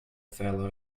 fallow